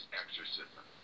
exorcism